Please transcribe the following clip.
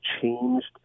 changed